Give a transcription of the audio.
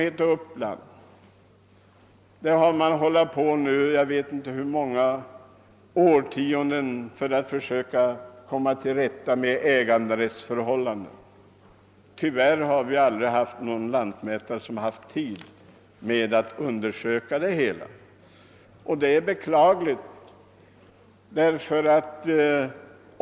I Uppland har man hållit på i jag vet inte hur många hundra år för att komma till rätta med äganderättsförhållandena, men tyvärr har aldrig någon lantmätare haft tid att undersöka förhållandena.